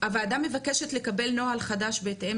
הוועדה מבקשת לקבל נוהל חדש בהתאם